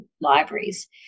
libraries